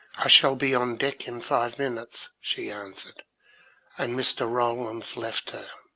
i shall be on deck in five minutes, she answered and mr. ralland left her.